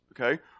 okay